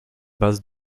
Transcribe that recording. base